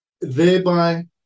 Thereby